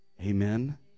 Amen